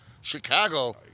Chicago